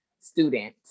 student